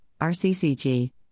RCCG